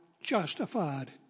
justified